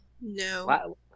no